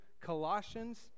Colossians